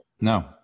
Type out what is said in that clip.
No